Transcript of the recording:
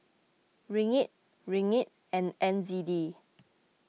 Ringgit Ringgit and N Z D